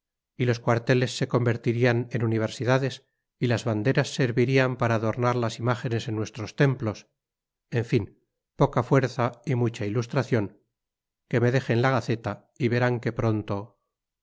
y los cuarteles se convertirían en universidades y las banderas servirían para adornar las imágenes en nuestros templos en fin poca fuerza y mucha ilustración que me dejen la gaceta y verán qué pronto